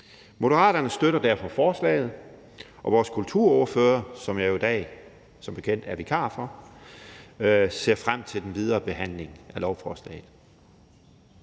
Moderaterne støtter derfor forslaget, og vores kulturordfører, som jeg jo i dag som bekendt er vikar for, ser frem til den videre behandling af lovforslaget.